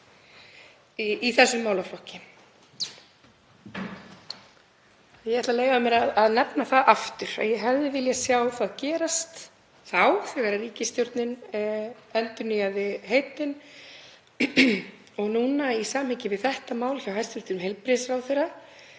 í þessum málaflokki. Ég ætla að leyfa mér að nefna það aftur að ég hefði viljað sjá það gerast þegar ríkisstjórnin endurnýjaði heitin, og núna í samhengi við þetta mál hjá hæstv. heilbrigðisráðherra,